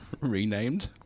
renamed